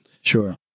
Sure